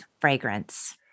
fragrance